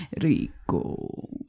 Rico